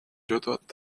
бодоод